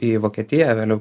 į vokietiją vėliau